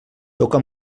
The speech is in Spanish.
toca